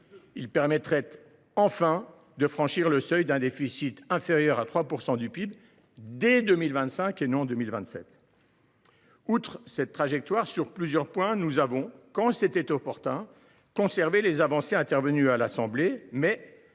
Il permettrait, enfin, de franchir le seuil d’un déficit inférieur à 3 % du PIB dès 2025 et non en 2027. Outre cette trajectoire, nous avons, sur plusieurs points, quand c’était opportun, conservé les avancées intervenues à l’Assemblée